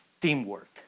teamwork